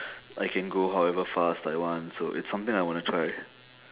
I can go however fast I want so it's something I wanna try